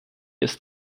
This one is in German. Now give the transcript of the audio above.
ist